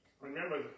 remember